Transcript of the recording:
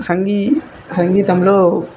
సంగీ సంగీతంలో